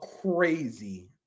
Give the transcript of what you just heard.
crazy